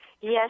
Yes